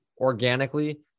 organically